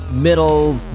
middle